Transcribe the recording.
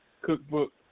cookbook